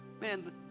Man